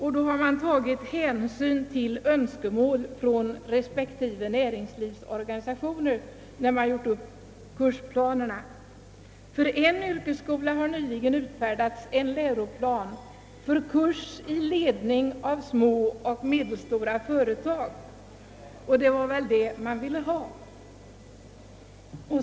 Man har tagit hänsyn till önskemål från respektive näringslivsorganisationer när man gjort upp kursplanerna. »För en yrkesskola har nyligen utfärdats en läroplan för kurs i ledning av små och medelstora företag.» Det var väl vad man ville ha.